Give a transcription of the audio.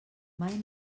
mai